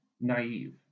naive